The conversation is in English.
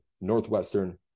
Northwestern